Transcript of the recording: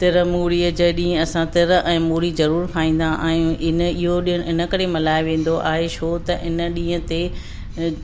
तिर मूरीअ जे ॾींहुं असां तिर ऐं मूरी ज़रूरु खाईंदा आहियूं इन इहो ॾिणु इन करे मल्हायो वेंदो आहे छो त इन ॾींहं ते अ